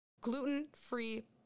gluten-free